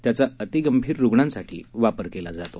त्याचा अतिगंभीर रुग्णांसाठी वापर केला जातो